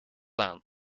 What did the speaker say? aan